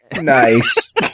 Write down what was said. Nice